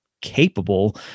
capable